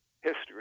history